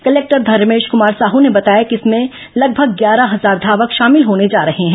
collector Dharmesh Kumar Sahu ने बताया ँकि इसमें लगभग ग्यारह हजार धावक शामिल होने जा रहे हैं